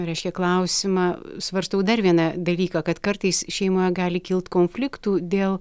reiškia klausimą svarstau dar vieną dalyką kad kartais šeimoje gali kilt konfliktų dėl